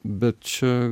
bet čia